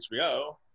HBO